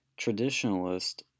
traditionalist